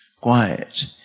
Quiet